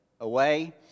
away